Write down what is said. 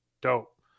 dope